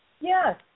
yes